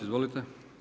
Izvolite.